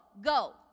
Go